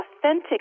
authentic